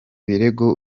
birego